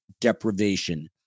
deprivation